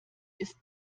ist